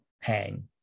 hang